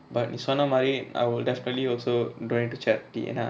but நீ சொன்னமாரி:nee sonnamari I will definitely also drawing to chatki எனா:enaa